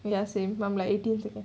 ya same I'm like eighteen seconds